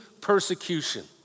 persecution